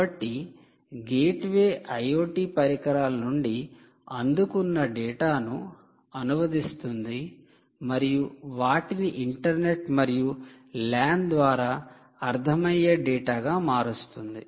కాబట్టి gateway IoT పరికరాల నుండి అందుకున్న డేటాను అనువదిస్తుంది మరియు వాటిని ఇంటర్నెట్ మరియు LAN ద్వారా అర్థమయ్యే డేటాగా మారుస్తుంది